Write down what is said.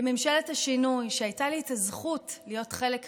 בממשלת השינוי, שהייתה לי הזכות להיות חלק ממנה,